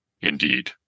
Indeed